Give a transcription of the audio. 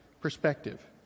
perspective